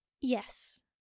Yes